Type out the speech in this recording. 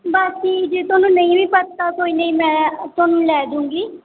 ਬਾਕੀ ਜੇ ਤੁਹਾਨੂੰ ਨਹੀਂ ਵੀ ਪਤਾ ਕੋਈ ਨਹੀਂ ਮੈਂ ਤੁਹਾਨੂੰ ਲੈ ਜੂੰਗੀ